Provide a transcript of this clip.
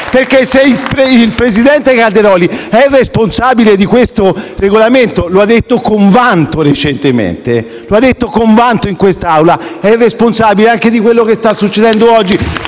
se il Presidente Calderoli è responsabile di questo Regolamento, lo ha detto con vanto recentemente in quest'Aula, è responsabile anche di quanto sta succedendo oggi.